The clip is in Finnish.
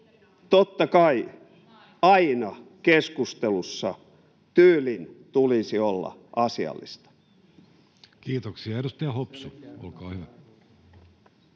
Totta kai aina keskustelussa tyylin tulisi olla asiallista. Kiitoksia. — Edustaja Hopsu, olkaa hyvä.